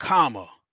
comma.